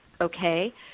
okay